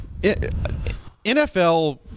NFL